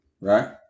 right